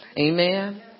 Amen